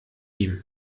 ihm